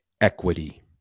equity